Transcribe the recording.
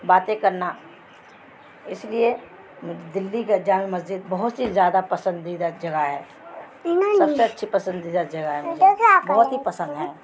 باتیں کرنا اس لیے دلی کا جامع مسجد بہت ہی زیادہ پسندیدہ جگہ ہے سب سے اچھی پسندیدہ جگہ ہے بہت ہی پسند ہیں